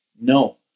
No